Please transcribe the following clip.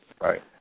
Right